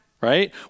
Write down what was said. Right